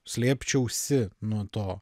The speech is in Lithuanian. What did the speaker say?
slėpčiausi nuo to